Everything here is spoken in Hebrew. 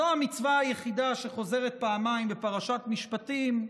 זו המצווה היחידה שחוזרת פעמיים בפרשת משפטים,